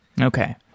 Okay